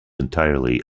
entirely